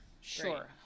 Sure